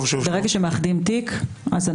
ברגע שמאחדים תיק, אנחנו